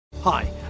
Hi